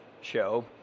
show